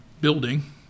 building